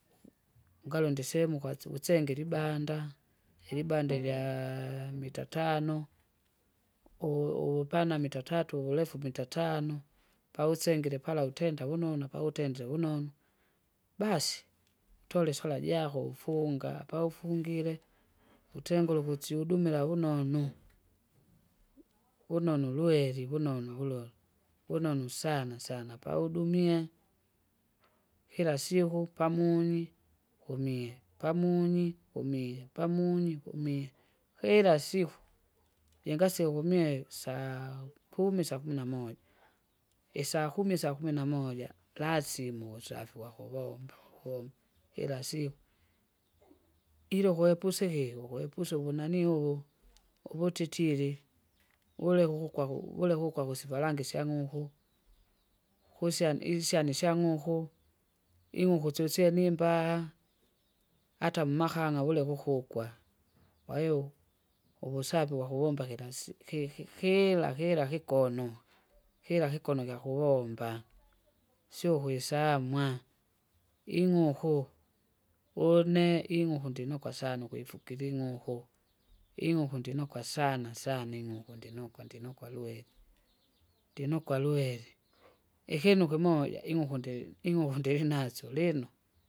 Ngalonde isemu kwasu- kusengela ibanda, ilinada ilayaa mita tano, u- uvupana mita tatu uvulefu mita tano, pausengile pala utenda vunonu pavutendire vunonu. Basi utole sola jako ufunga paufungire, utengure ukusihudumira vunonu, vunonu lweri vunonu vulola, vunonu sana sana pahumie, kila siku pamunyi kumie pamunyi kumie pamunyi kumie kila siku, jingasiku kumie saakumi, saakumu na moja isakum, saakumi na moja, lasima uvusafi wakuvomba uvomba, ila siku. ila ukwepuse iki ukwepusa uvunanii uvu uvutitili vule vukukwaku vule vukwaku sivalanga isyang'uku. Kusyani isyani isyang'uku syosyene imbaha, ata mmahang'a vule vukukwa, kwahiyo uvusafi wakuvomba kilasi- ki- kila kila kikono, kila kikono kyakuvomba siyo kwesamwa, ing'uku, une ing'uku ndinuka sana ukwifukira ing'uku ing'uku ndinukwa sana sana ing'uku ndinuka ndunuka lwere, ndinuka lwere, ihinu kimoja ing'uku ndiri ing'uku ndilisasyo lino.